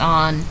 on